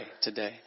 today